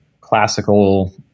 classical